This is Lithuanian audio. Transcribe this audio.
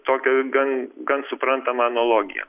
tokia gan gan suprantama analogija